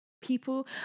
people